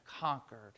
conquered